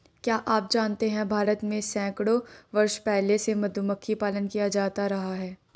क्या आप जानते है भारत में सैकड़ों वर्ष पहले से मधुमक्खी पालन किया जाता रहा है?